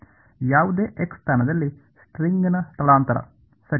ಯಾವುದೇ x ಸ್ಥಾನದಲ್ಲಿ ಸ್ಟ್ರಿಂಗ್ನ ಸ್ಥಳಾಂತರ ಸರಿ